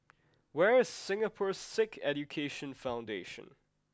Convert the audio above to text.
where is Singapore Sikh Education Foundation